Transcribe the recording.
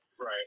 right